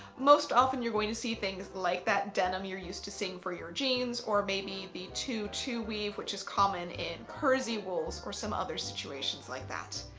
most often you're going to see things like that denim you're used to seeing for your jeans or maybe the two two weave which is common in kersey wools or some other situations like that.